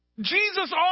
Jesus